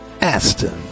Aston